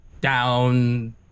down